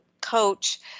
coach